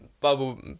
bubble